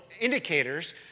indicators